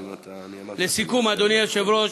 לסיכום, אדוני היושב-ראש,